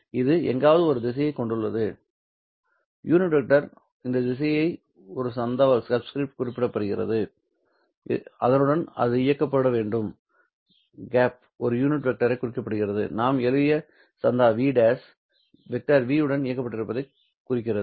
இது எங்காவது ஒரு திசையைக் கொண்டுள்ளது யூனிட் வெக்டரின் இந்த திசை ஒரு சந்தாவால் குறிக்கப்படுகிறது அதனுடன் அது இயக்கப்பட வேண்டும் கேப் ஒரு யூனிட் வெக்டரைக் குறிக்கப் பயன்படுகிறது மேலும் நாம் எழுதிய சந்தா v வெக்டர் v உடன் இயக்கப்பட்டிருப்பதைக் கூறுகிறது